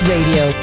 Radio